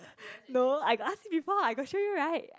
no I ask him before I got show you right